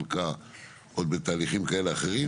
חלק עוד בתהליכים כאלה ואחרים,